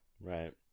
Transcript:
Right